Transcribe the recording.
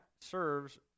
serves